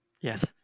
Yes